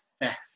theft